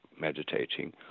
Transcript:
meditating